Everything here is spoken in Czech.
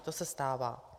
To se stává.